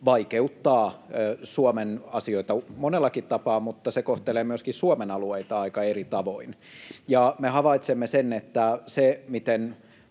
vaikeuttaa Suomen asioita monellakin tapaa, mutta se kohtelee myöskin Suomen alueita aika eri tavoin. Ja me havaitsemme sen, että se, miten